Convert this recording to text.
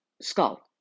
Skull